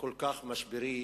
כל כך משברי